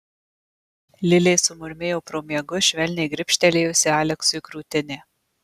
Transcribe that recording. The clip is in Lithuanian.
lilė sumurmėjo pro miegus švelniai gribštelėjusi aleksui krūtinę